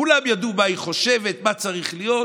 כולם ידעו מה היא חושבת על מה צריך להיות.